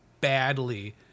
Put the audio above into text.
badly